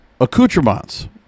accoutrements